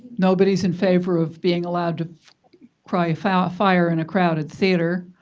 nobody's in favor of being allowed cry fire fire in a crowded theater.